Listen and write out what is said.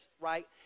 right